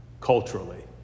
Culturally